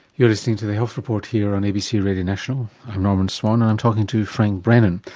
you're listening to the health report here on abc radio national, i'm norman swan, and i'm talking to frank brennan,